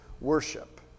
worship